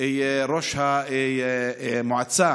ראש המועצה